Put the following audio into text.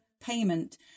payment